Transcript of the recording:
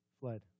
fled